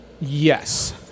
Yes